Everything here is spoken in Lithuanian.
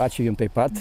ačiū jum taip pat